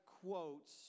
quotes